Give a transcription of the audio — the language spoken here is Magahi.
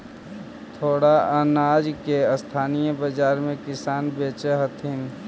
थोडा अनाज के स्थानीय बाजार में किसान बेचऽ हथिन